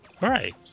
Right